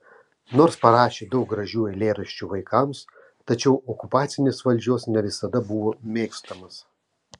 nors parašė daug gražių eilėraščių vaikams tačiau okupacinės valdžios ne visada buvo mėgstamas